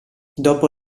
dopo